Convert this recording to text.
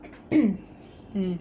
mm